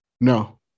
No